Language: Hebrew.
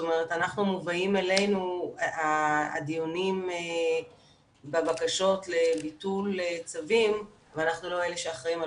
אלינו מובאים הדיונים בבקשות לביטול צווים ואנחנו לא אלה שאחראים על